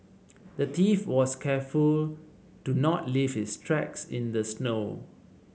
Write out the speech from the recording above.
the thief was careful to not leave his tracks in the snow